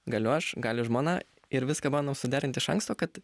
galiu aš gali žmona ir viską bandom suderint iš anksto kad